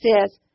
says